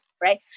Right